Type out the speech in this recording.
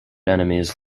enemies